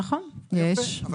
נכון, יש בחוק.